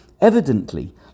evidently